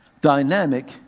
Dynamic